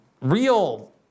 real